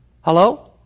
Hello